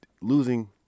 losing